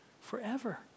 forever